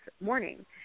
morning